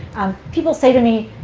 people say to me,